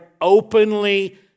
openly